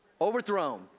Overthrown